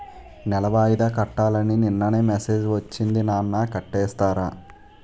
నెల వాయిదా కట్టాలని నిన్ననే మెసేజ్ ఒచ్చింది నాన్న కట్టేసారా?